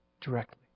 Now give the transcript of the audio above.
directly